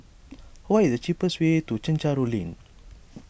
what is the cheapest way to Chencharu Link